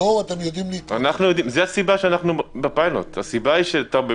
אם יהיה סגר שלישי, אוי ואבוי מה שיהיה כאן.